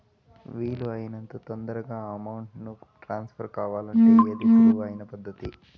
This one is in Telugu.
వీలు అయినంత తొందరగా అమౌంట్ ను ట్రాన్స్ఫర్ కావాలంటే ఏది సులువు అయిన పద్దతి